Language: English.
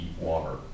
water